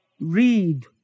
read